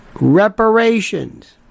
reparations